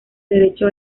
derecho